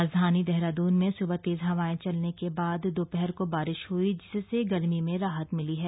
राजधानी देहरादून में सुबह तेज हवाएं चलने के बाद दोपहर को बारिश हई जिससे गर्मी से राहत मिली है